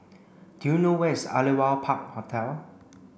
do you know where is Aliwal Park Hotel